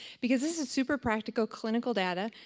because this is super practical clinical data.